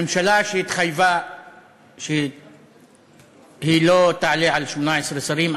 ממשלה שהתחייבה שהיא לא תעלה על 18 שרים,